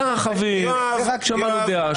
שמענו אותך.